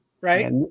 right